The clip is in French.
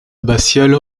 abbatiale